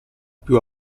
più